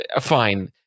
fine